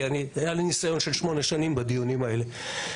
כי היה לי ניסיון של שמונה שנים בדיונים האלה.